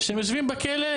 שהם יושבים בכלא,